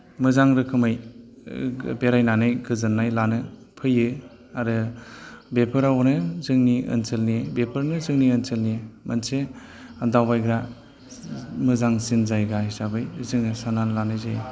मोजां रोखोमै बेरायनानै गोजोन्नाय लानो फैयो आरो बेफोरावनो जोंनि ओनसोलनि बेफोरनो जोंनि ओनसोलनि मोनसे दावबायग्रा मोजांसिन जायगा हिसाबै जोङो सान्नानै लानाय जायो